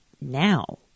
now